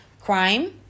Crime